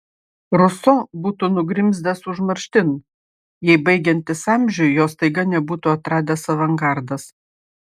ruso būtų nugrimzdęs užmarštin jei baigiantis amžiui jo staiga nebūtų atradęs avangardas